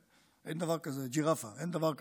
אין דבר כזה ג'ירפה, אין דבר כזה.